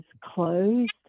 closed